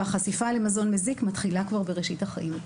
והחשיפה למזון מזיק מתחילה כבר בראשית החיים.